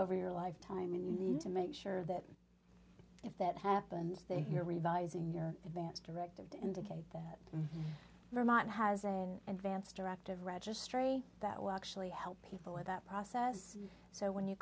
over your lifetime and you need to make sure that if that happens that you're revising your advance directive to indicate that vermont has in advance directive registry that will actually help people with that process so when you